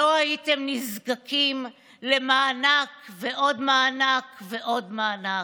לא הייתם נזקקים למענק ועוד מענק ועוד מענק.